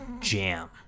jam